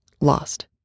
lost